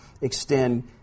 extend